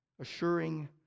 assuring